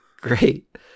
great